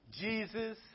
Jesus